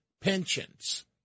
pensions